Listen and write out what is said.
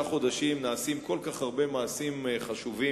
חודשים נעשים כל כך הרבה מעשים חשובים,